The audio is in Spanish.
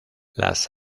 las